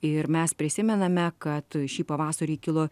ir mes prisimename kad šį pavasarį kilo